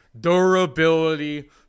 Durability